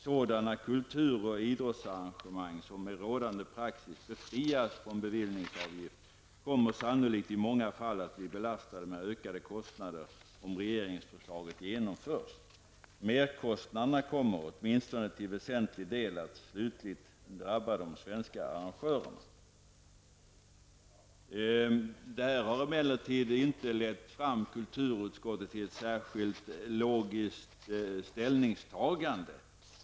Sådana kulturoch idrottsarrangemang som med rådande praxis befrias från bevillningsavgift kommer sannolikt i många fall att bli belastade med ökade kostnader om regeringsförslaget genomförs. Merkostnaderna kommer, åtminstone till väsentlig del, att slutligt drabba de svenska arrangörerna.'' Detta har emellertid inte lett kulturutskottet fram till något särskilt logiskt ställningstagande.